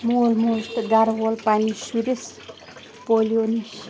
مول موج تہٕ گَرٕ وول پنٛنِس شُرِس پولیو نِشہٕ